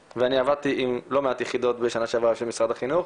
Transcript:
עבדתי עם לא מעט יחידות בשנה שעברה של משרד החינוך.